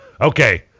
Okay